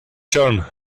turn